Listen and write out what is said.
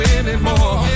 anymore